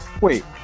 Wait